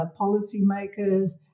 policymakers